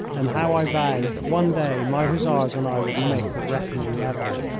and how i vowed that one day my hussars and i would make the reckoning level!